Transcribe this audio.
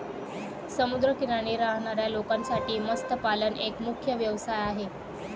समुद्र किनारी राहणाऱ्या लोकांसाठी मत्स्यपालन एक मुख्य व्यवसाय आहे